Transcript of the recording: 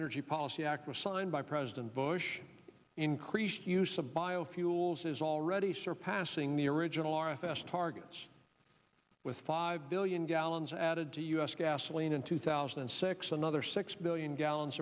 energy policy act was signed by president bush increased use of biofuels is already surpassing the original r f s targets with five billion gallons added to u s gasoline in two thousand and six another six billion gallons